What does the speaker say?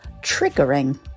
triggering